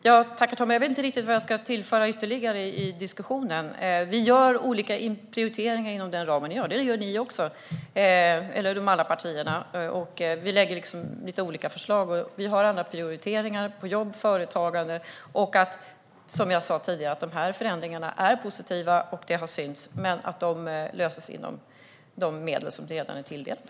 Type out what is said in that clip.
Herr talman! Jag vet inte riktigt vad jag ska tillföra ytterligare i diskussionen. Vi gör olika prioriteringar inom den ram vi har. Det gör de andra partierna också. Vi lägger fram lite olika förslag. Vi gör andra prioriteringar på jobb och företagande. Som jag sa tidigare: De här förändringarna är positiva och har synts, men de löses inom de medel som redan är tilldelade.